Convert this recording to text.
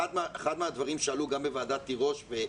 אחד הדברים שעלו גם בוועדת תירוש,